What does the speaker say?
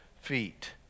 feet